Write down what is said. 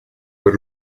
per